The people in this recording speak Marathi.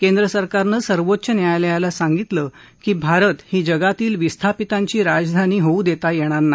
केंद्र सरकारनं सर्वोच्च न्यायालयाला सांगितलं की भारत ही जगातील विस्थापितांची राजधानी होऊ देता येणार नाही